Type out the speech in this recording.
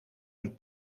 een